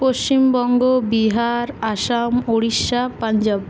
Paschimbanga Bihar Assam Orissa Punjab